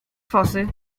fosy